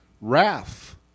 wrath